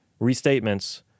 restatements